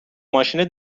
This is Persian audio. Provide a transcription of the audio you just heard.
ماشینت